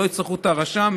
שלא יצטרכו את הרשם,